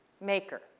maker